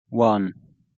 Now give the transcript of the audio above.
one